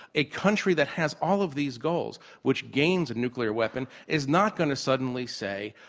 a country that has all of these goals which gains a nuclear weapon is not going to suddenly say,